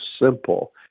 simple